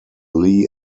lee